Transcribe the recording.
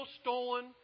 stolen